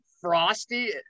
frosty